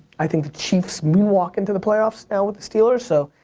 i think the chiefs moonwalk into the playoffs, now with the steelers, so,